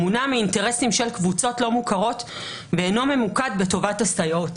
מונע מאינטרסים של קבוצות לא מוכרות ואינו ממוקד לטובת הסייעות".